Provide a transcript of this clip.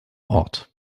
ort